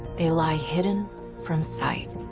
they lie hidden from sight.